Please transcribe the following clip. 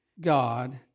God